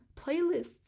playlists